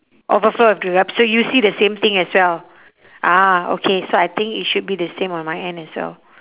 overflow with build-up so you see the same thing as well ah okay so I think it should be the same on my end as well